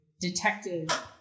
detective